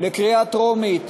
לקריאה טרומית.